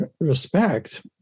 respect